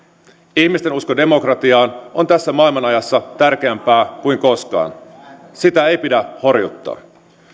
ihmisten usko demokratiaan on tässä maailmanajassa tärkeämpää kuin koskaan sitä ei pidä horjuttaa